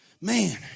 Man